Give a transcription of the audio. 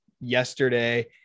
yesterday